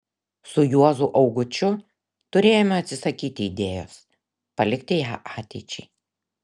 su juozu augučiu turėjome atsisakyti idėjos palikti ją ateičiai